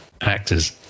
actors